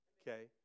Okay